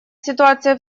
ситуация